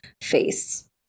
face